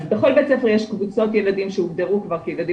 אז בכל בית ספר יש קבוצות ילדים שהוגדרו כבר כילדים